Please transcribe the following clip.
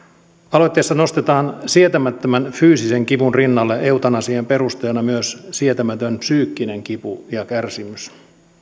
aloitteessa nostetaan sietämättömän fyysisen kivun rinnalle eutanasian perusteena myös sietämätön psyykkinen kipu ja kärsimys